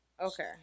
Okay